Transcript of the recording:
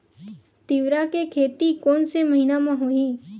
तीवरा के खेती कोन से महिना म होही?